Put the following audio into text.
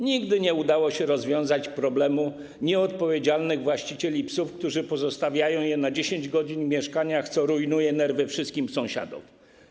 Nigdy nie udało się rozwiązać problemu nieodpowiedzialnych właścicieli psów, którzy pozostawiają je na 10 godzin w mieszkaniach, co rujnuje nerwy wszystkim sąsiadom.